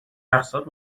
اقساط